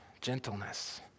gentleness